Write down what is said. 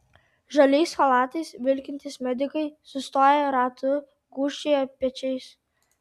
žaliais chalatais vilkintys medikai sustoję ratu gūžčioja pečiais